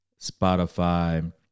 Spotify